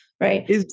right